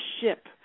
ship